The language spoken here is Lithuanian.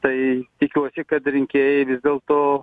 tai tikiuosi kad rinkėjai dėl to